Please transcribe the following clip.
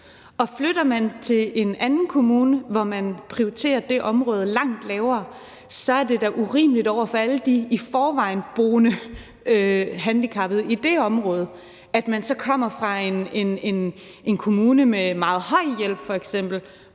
Og flytter man til en anden kommune, hvor de prioriterer det område langt lavere, så er det da urimeligt over for alle de handicappede, der i forvejen bor i det område, at man kommer med meget hjælp fra en anden